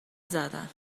زدن